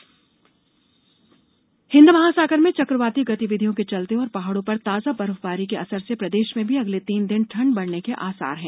मौसम हिंद महासागर में चक्रवातीय गतिविधियों के चलते और पहाड़ों पर ताजा बर्फबारी के असर से प्रदेश में भी अगले तीन दिन ठंड बढ़ने के आसार हैं